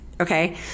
Okay